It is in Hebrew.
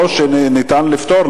או שאפשר לפטור,